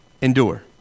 endure